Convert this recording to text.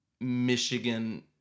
michigan